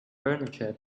furniture